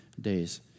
days